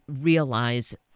realize